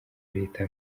leta